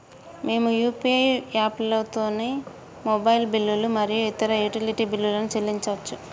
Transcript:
మేము యూ.పీ.ఐ యాప్లతోని మొబైల్ బిల్లులు మరియు ఇతర యుటిలిటీ బిల్లులను చెల్లించచ్చు